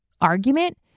argument